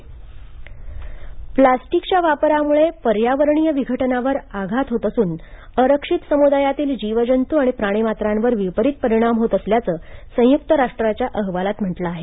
संयुक्त राष्ट्र प्लास्टिकच्या वापरामुळे पर्यावरणीय विघटनावर आघात होत असून अरक्षित समुदायातील जीवजंतू आणि प्राणीमात्रांवर विपरीत परिणाम होत असल्याचं संयक्त राष्ट्राच्या अहवालात म्हटलं आहे